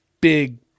big